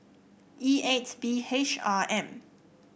E eight B H R M